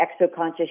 exoconscious